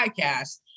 podcast